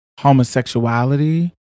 homosexuality